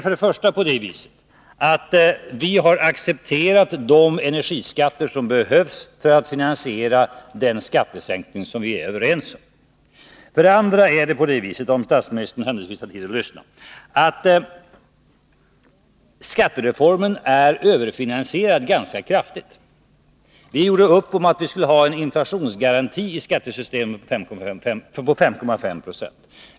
För det första har vi accepterat de energiskatter som behövs för att finansiera den skattesänkning som vi är överens om. För det andra är skattereformen ganska kraftigt överfinansierad. Vi gjorde upp om att vi i skattesystemet skulle ha en inflationsgaranti på 5,5 20.